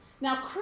Now